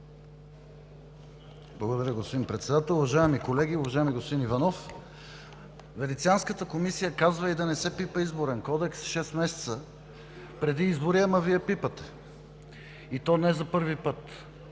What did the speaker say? Благодаря, господин Председател. Уважаеми колеги! Уважаеми господин Иванов, Венецианската комисия казва и да не се пипа изборен кодекс шест месеца преди избори, ама Вие пипате и то не за първи път.